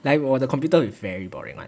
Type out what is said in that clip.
来我的 computer very boring [one]